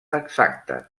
exacta